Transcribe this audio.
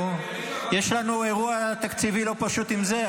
יש לנו אירוע תקציבי לא פשוט עם זה,